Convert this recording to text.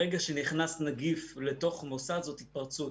ברגע שנכנס נגיף לתוך מוסד זאת התפרצות.